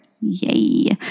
Yay